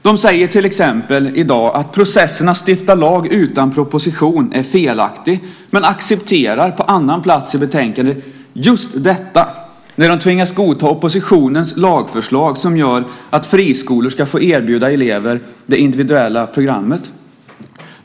De säger till exempel i dag att processen att stifta lag utan proposition är felaktig men accepterar på annan plats i betänkandet just detta när de tvingas godta oppositionens lagförslag som gör att friskolor ska få erbjuda elever det individuella programmet.